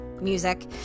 Music